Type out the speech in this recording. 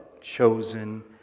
chosen